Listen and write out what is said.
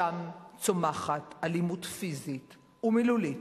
שם צומחת אלימות פיזית ומילולית,